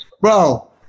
Bro